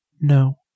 No